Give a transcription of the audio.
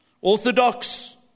Orthodox